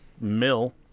mill